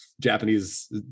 Japanese